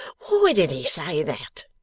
why did he say that